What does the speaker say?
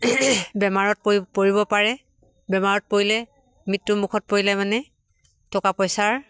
বেমাৰত পৰি পৰিব পাৰে বেমাৰত পৰিলে মৃত্যুমুখত পৰিলে মানে টকা পইচাৰ